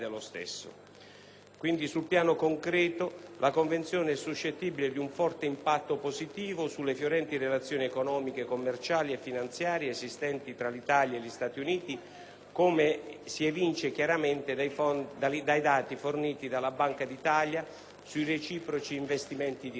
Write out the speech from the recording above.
stesso. Sul piano concreto, la Convenzione è suscettibile di un forte impatto positivo sulle fiorenti relazioni economiche, commerciali e finanziarie esistenti tra Italia e Stati Uniti, come si evince chiaramente dai dati forniti dalla Banca d'Italia sui reciproci investimenti diretti.